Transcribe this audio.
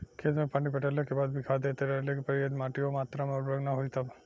खेत मे पानी पटैला के बाद भी खाद देते रहे के पड़ी यदि माटी ओ मात्रा मे उर्वरक ना होई तब?